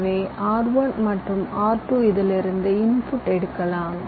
எனவே R1 மற்றும் R2 இலிருந்து உள்ளீடு எடுக்கலாம்